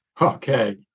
Okay